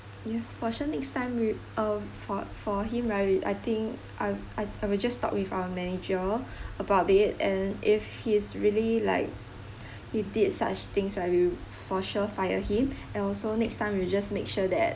yes for sure next time we uh for for him right we I think I'll~ I'll~ I will just talk with our manager about it and if he's really like he did such things right we'll for sure fire him and also next time we'll just make sure that